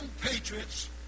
Patriots